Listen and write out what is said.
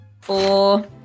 four